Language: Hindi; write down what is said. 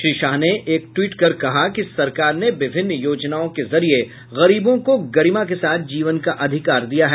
श्री शाह ने एक ट्वीट कर कहा कि सरकार ने विभिन्न योजनाओं के जरिये गरीबों को गरिमा के साथ जीवन का अधिकार दिया है